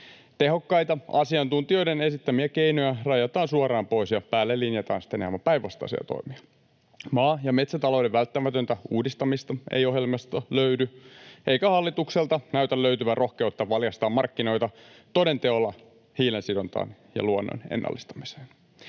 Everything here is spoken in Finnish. Tehokkaita asiantuntijoiden esittämiä keinoja rajataan suoraan pois, ja päälle linjataan sitten aivan päinvastaisia toimia. Maa- ja metsätalouden välttämätöntä uudistamista ei ohjelmasta löydy, eikä hallitukselta näytä löytyvän rohkeutta valjastaa markkinoita toden teolla hiilensidontaan ja luonnon ennallistamiseen.